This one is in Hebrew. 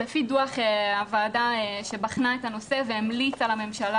לפי דוח הוועדה שבחנה את הנושא והמליצה לממשלה